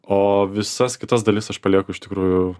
o visas kitas dalis aš palieku iš tikrųjų